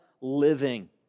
living